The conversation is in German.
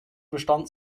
bestand